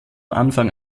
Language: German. anfang